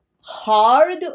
hard